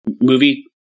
movie